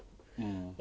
mm